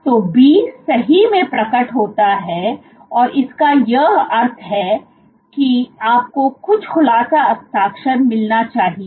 तो B सही में प्रकट होता है और इसका यह अर्थ है कि आपको कुछ खुलासा हस्ताक्षर मिलना चाहिए